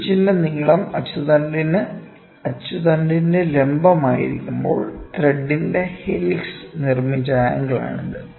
പിച്ചിന്റെ നീളം അച്ചുതണ്ടിന്റെ ലംബമായിരിക്കുമ്പോൾ ത്രെഡിന്റെ ഹെലിക്സ് നിർമ്മിച്ച ആംഗിൾ ആണിത്